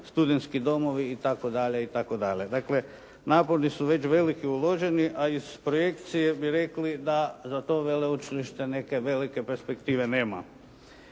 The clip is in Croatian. studentski domovi itd., itd. Dakle, napori su već veliki uloženi, a iz projekcije bi rekli da za to veleučilište neke velike perspektive nema.